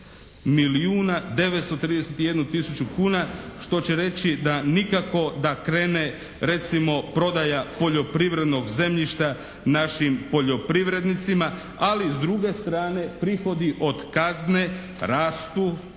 milijuna 931 tisuću kuna što će reći da nikako da krene recimo prodaja poljoprivrednog zemljišta našim poljoprivrednicima ali s druge strane prihodi od kazne rastu